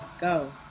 go